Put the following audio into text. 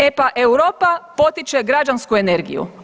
E pa Europa potiče građansku energiju.